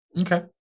okay